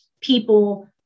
people